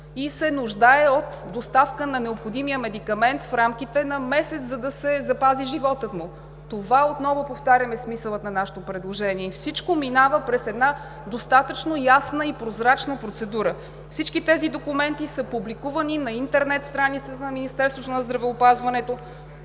и се нуждае от доставка на необходимия медикамент в рамките на месец, за да се запази животът му. Това е смисълът на нашето предложение. Всичко минава през една достатъчно ясна и прозрачна процедура. Всички тези документи са публикувани на интернет страницата на Министерството на здравеопазването.